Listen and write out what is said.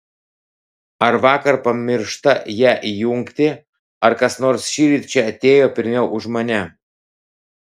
ar vakar pamiršta ją įjungti ar kas nors šįryt čia atėjo pirmiau už mane